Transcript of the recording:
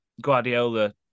Guardiola